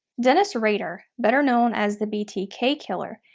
dennis rader, better known as the btk killer,